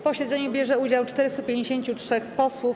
posiedzeniu bierze udział 453 posłów.